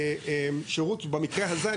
שירות במקרה הזה,